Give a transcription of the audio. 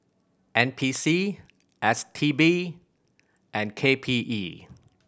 N P C S T B and K P E